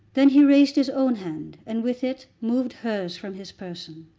then he raised his own hand and with it moved hers from his person.